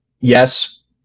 Yes